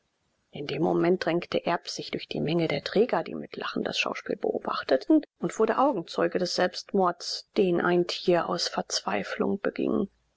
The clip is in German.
in dem moment drängte erb sich durch die menge der träger die mit lachen das schauspiel beobachteten und wurde augenzeuge des selbstmords den ein tier aus verzweiflung beging